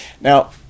Now